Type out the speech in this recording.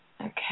Okay